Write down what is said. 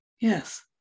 Yes